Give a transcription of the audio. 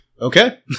Okay